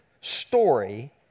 story